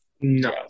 No